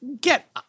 Get